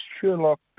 Sherlock